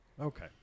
Okay